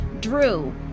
Drew